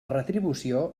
retribució